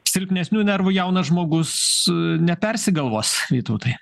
silpnesnių nervų jaunas žmogus nepersigalvos vytautai